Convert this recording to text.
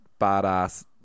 badass